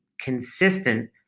consistent